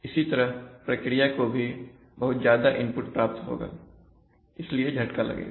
इसी तरह प्रक्रिया को भी बहुत ज्यादा इनपुट प्राप्त होगा इसलिए झटका लगेगा